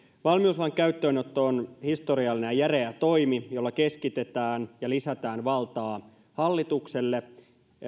valmiuslain käyttöönotto on historiallinen ja järeä toimi jolla keskitetään ja lisätään valtaa hallitukselle